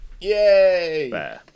Yay